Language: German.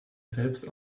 selbst